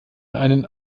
einen